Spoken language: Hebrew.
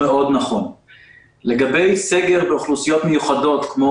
אנחנו מאמינים שהוא נכון מאוד.